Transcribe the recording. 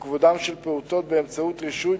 וכבודם של פעוטות באמצעות רישוי,